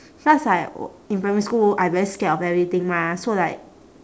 cause like o~ in primary school I very scared of everything mah so like